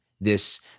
this-